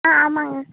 ஆ ஆமாம்ங்க